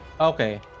Okay